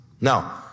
Now